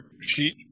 sheet